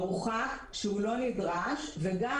וגם